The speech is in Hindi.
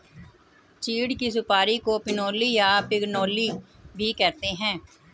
चीड़ की सुपारी को पिनोली या पिगनोली भी कहते हैं